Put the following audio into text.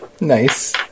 nice